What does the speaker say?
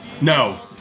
No